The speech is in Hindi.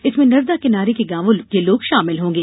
इसमें नर्मदा किनारे के गांवों के लोग शामिल होंगे